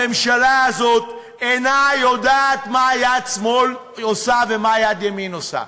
הממשלה הזאת אינה יודעת מה יד שמאל עושה ומה יד ימין עושה.